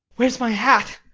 where's my hat?